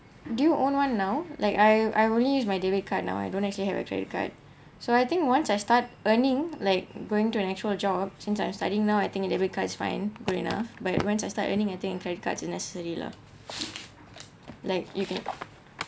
do you own one now like I I only use my debit card now I don't actually have a credit card so I think once I start earning like going to an actual job since I'm studying now I think a debit cards is fine good enough but once I start earning I think a credit cards is necessary lah like you can